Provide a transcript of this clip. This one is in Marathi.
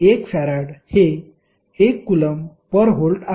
1 फॅराड हे 1 कुलम्ब पर व्होल्ट आहे